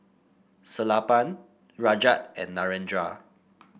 Sellapan Rajat and Narendra